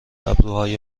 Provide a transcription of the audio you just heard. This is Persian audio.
ابروهای